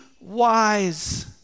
wise